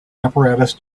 apparatus